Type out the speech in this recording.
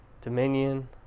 Dominion